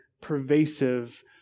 pervasive